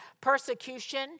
persecution